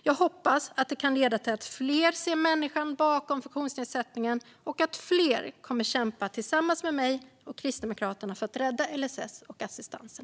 Jag hoppas att det kan leda till att fler ser människan bakom funktionsnedsättningen och att fler kommer att kämpa tillsammans med mig och Kristdemokraterna för att rädda LSS och assistansen.